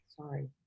Sorry